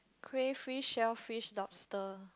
crayfish shellfish lobster